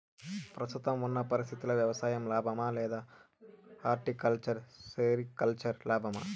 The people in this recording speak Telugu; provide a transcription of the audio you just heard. ప్రస్తుతం ఉన్న పరిస్థితుల్లో వ్యవసాయం లాభమా? లేదా హార్టికల్చర్, సెరికల్చర్ లాభమా?